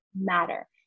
matter